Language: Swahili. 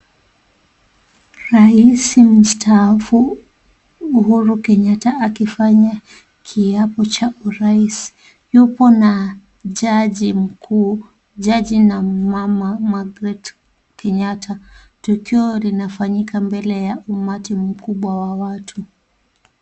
Raisi mstaafu Uhuru Kenyatta, akifanya kiapo cha uraisi. Yupo na jaji mkuu, jaji na mama Margaret Kenyatta tukio linafanyika mbele ya umati mkubwa wa watu.